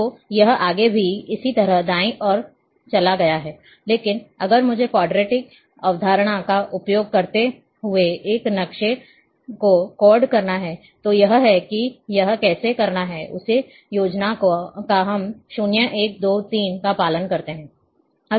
तो यह आगे भी इसी तरह दाईं ओर चला गया है लेकिन अगर मुझे क्वाडट्री अवधारणा का उपयोग करते हुए इस नक्शे को कोड करना है तो यह है कि यह कैसे करना है उसी योजना का हम 0 1 2 3 का पालन करते हैं